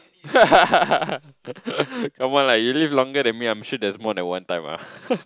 come on lah you live longer than me I am sure that's more than one time ah